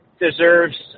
deserves